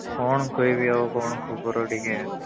କଣ କହିବି ଆଉ କଣ ଖବର ଟିକେ